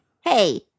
Hey